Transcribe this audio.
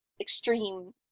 extreme